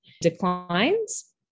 declines